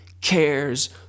cares